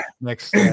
next